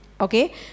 Okay